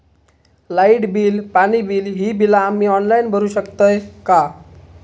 Light bill, पाणी bill, ही बिला आम्ही ऑनलाइन भरू शकतय का?